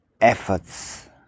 efforts